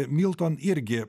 milton irgi